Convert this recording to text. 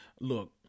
look